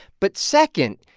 but second,